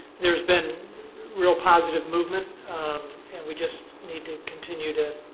there's been real positive movement and we just need to continue to